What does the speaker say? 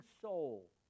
soul